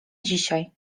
dzisiaj